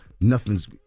nothing's